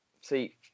see